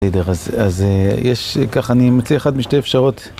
בסדר, אז יש ככה, אני אמצה אחת משתי פשרות.